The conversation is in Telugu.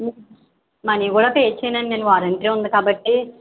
మనీ కూడా పే చేయను అండి నేను వారంటీ ఉంది కాబట్టి